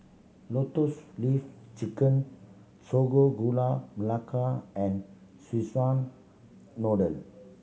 Lotus Leaf Chicken Sago Gula Melaka and Szechuan Noodle